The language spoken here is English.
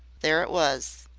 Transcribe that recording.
there it was.